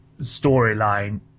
storyline